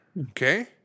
Okay